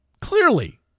clearly